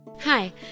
Hi